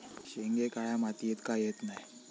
शेंगे काळ्या मातीयेत का येत नाय?